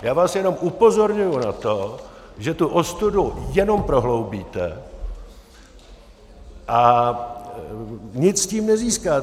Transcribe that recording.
Já vás jenom upozorňuju na to, že tu ostudu jenom prohloubíte a nic tím nezískáte.